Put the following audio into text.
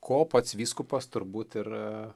ko pats vyskupas turbūt ir